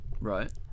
Right